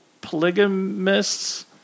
polygamists